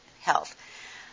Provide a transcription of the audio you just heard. health